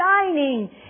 shining